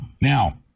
Now